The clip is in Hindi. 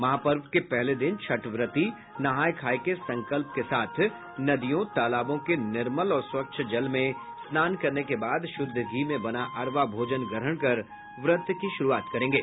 महापर्व के पहले दिन छठव्रती नहाय खाय के संकल्प के साथ नदियों तालाबों के निर्मल और स्वच्छ जल में स्नान करने के बाद शुद्ध घी में बना अरवा भोजन ग्रहण कर व्रत की शुरूआत करेंगे